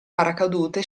paracadute